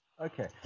Okay